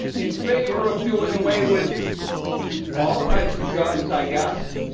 in favor of doing away with all types of guns, i guess,